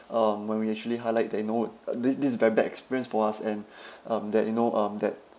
um when we actually highlight that you know uh this this is very bad experience for us and um that you know um that